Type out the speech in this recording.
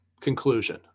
conclusion